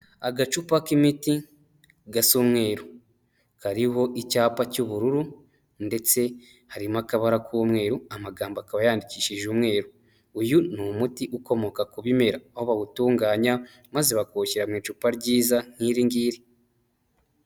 Agacupa k'imiti gasa umweru, kariho icyapa cy'ubururu ndetse harimo akabara k'umweru, amagambo akaba yandikishije umweru. Uyu ni umuti ukomoka ku bomera aho bawutunganya maze bakawushyira mu icupa ryiza nk'iringiri.